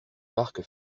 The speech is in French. marc